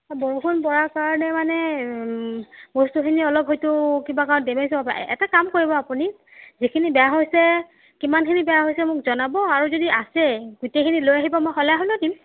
বৰষুণ পৰাৰ কাৰণে মানে বস্তুখিনি অলপ হয়তো কিবা কাৰণত ডেমেজ হ'ব পাৰে এটা কাম কৰিব আপুনি যিখিনি বেয়া হৈছে কিমানখিনি বেয়া হৈছে মোক জনাব আৰু যদি আছে গোটেইখিনি লৈ আহিব মই সলাই হ'লেও দিম